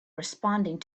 responding